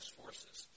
forces